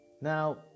Now